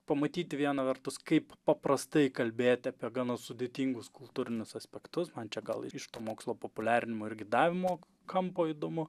pamatyti viena vertus kaip paprastai kalbėti apie gana sudėtingus kultūrinius aspektus man čia gal iš tų mokslo populiarinimo ir gidavimo kampo įdomu